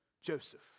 Joseph